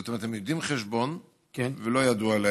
זאת אומרת, הם יודעים חשבון ולא ידוע להם,